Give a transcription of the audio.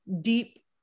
deep